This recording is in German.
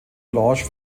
blanche